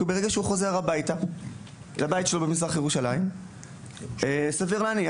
היא שברגע שהוא חוזר לבית שלו במזרח ירושלים סביר להניח